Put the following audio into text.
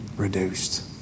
reduced